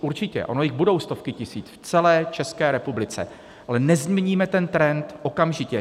Určitě, ono jich budou stovky tisíc v celé České republice, ale nezměníme ten trend okamžitě.